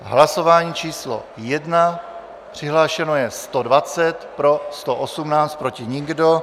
Hlasování číslo 1, přihlášeno je 120, pro 118, proti nikdo.